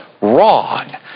wrong